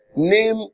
Name